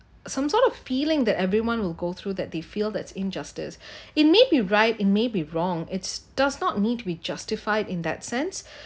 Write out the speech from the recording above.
some sort of feeling that everyone will go through that they feel that injustice it may be right it may be wrong it's does not need to be justified in that sense